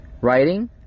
writing